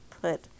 put